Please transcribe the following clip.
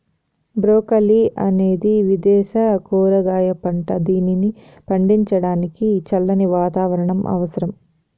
broccoli అనేది విదేశ కూరగాయ పంట, దీనిని పండించడానికి చల్లని వాతావరణం అవసరం